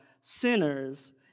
sinners